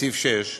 בסעיף 6,